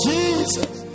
Jesus